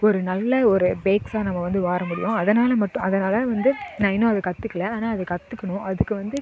ஒரு நல்ல ஒரு பேக்ஸாக நம்ம வந்து மாற முடியும் அதனால் மட்டும் அதனால் வந்து நான் இன்னும் அதை கற்றுக்கல ஆனால் அதை கற்றுக்கணும் அதுக்கு வந்து